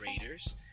Raiders